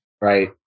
right